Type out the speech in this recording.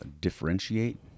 differentiate